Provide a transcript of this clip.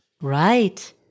right